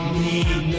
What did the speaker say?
need